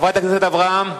חברת הכנסת אברהם.